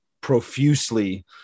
profusely